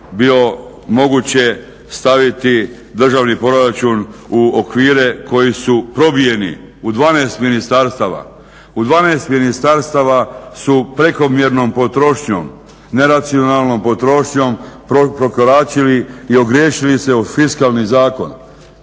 bilo moguće staviti državni proračun u okvire koji su probijeni u 12 ministarstava. U 12 ministarstava su prekomjernom potrošnjom, neracionalnom potrošnjom prekoračili i ogriješili se o fiskalni zakon.